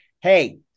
Hey